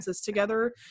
together